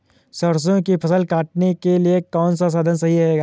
सरसो की फसल काटने के लिए कौन सा साधन सही रहेगा?